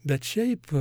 bet šiaip